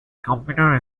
computer